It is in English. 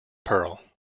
pearl